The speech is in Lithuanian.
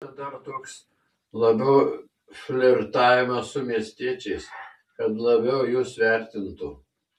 tai čia dar toks labiau flirtavimas su miestiečiais kad labiau jus vertintų